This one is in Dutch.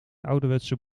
ouderwetse